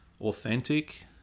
authentic